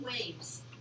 waves